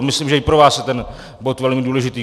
Myslím, že i pro vás je ten bod velmi důležitý.